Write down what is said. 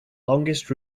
longest